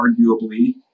arguably